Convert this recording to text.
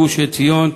גוש-עציון,